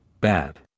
bad